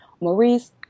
Maurice